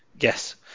yes